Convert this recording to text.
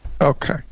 Okay